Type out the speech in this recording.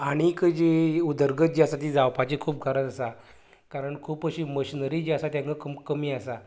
आनीक जी उदरगत जी आसा ती जावपाची खूब गरज आसा कारण खूब अशी मशिनरी जी आसा तेंकां कम कमी आसा